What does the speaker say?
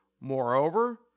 Moreover